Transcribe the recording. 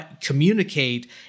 communicate